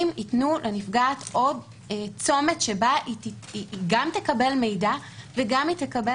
אם ייתנו לנפגעת עוד צומת שבה היא גם תקבל מידע וגם היא תקבל